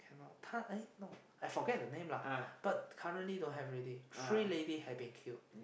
cannot ta~ eh no I forget the name lah but currently don't have already three lady have been killed